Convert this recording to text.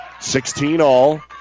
16-all